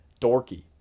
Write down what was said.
dorky